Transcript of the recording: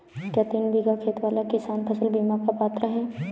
क्या तीन बीघा खेत वाला किसान फसल बीमा का पात्र हैं?